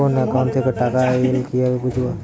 কোন একাউন্ট থেকে টাকা এল কিভাবে বুঝব?